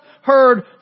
heard